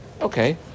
Okay